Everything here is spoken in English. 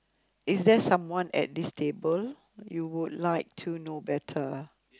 is there someone at this table you would like to know better